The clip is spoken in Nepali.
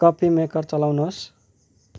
कफी मेकर चलाउनुहोस्